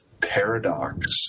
paradox